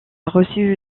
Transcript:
reçu